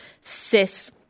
cis